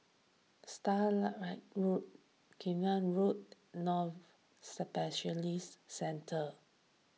Starlight Road Cairnhill Road Novena Specialist Centre